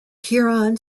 huron